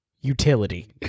utility